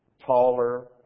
taller